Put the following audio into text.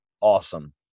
awesome